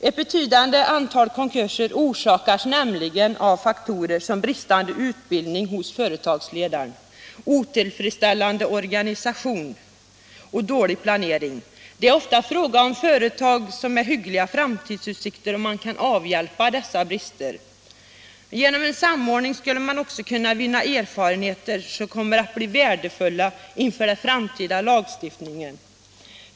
Ett betydande antal konkurser orsakas nämligen av faktorer såsom bristande utbildning hos företagsledaren, otillfredsställande organisation och dålig planering. Det är ofta fråga om företag med hyggliga framtidsutsikter, om dessa brister kan avhjälpas. Genom en samordning skulle man också vinna erfarenheter som kommer att bli värdefulla inför framtida lagstiftning.